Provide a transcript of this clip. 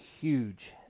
huge